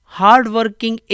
hard-working